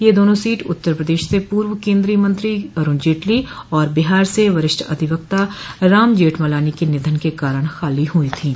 ये दोनों सीट उत्तर प्रदेश से पूर्व केंद्रीय मंत्री अरूण जेटली और बिहार से वरिष्ठ अधिवक्ता राम जेठमलानी के निधन के कारण खाली हुई थीं